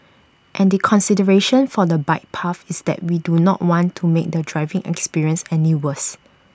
and the consideration for the bike path is that we do not want to make the driving experience any worse